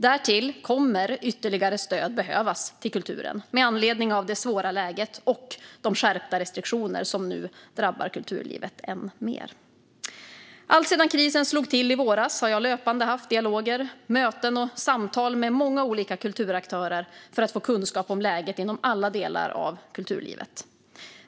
Därtill kommer ytterligare stöd att behövas till kulturen med anledning av det svåra läget och de skärpta restriktioner som nu drabbar kulturlivet än mer. Alltsedan krisen slog till i våras har jag löpande haft dialoger, möten och samtal med många olika kulturaktörer för att få kunskap om läget inom alla delar av kulturlivet.